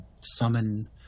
summon